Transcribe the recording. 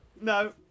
No